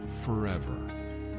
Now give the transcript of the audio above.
forever